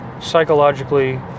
psychologically